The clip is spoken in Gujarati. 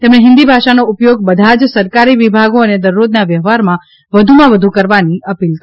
તેમણે હિંદી ભાષાનો ઉપયોગ બધા જ સરકારી વિભાગો અને દરરોજના વ્યવહારમાં વધુમાં વધુ કરવાની અપીલ કરી હતી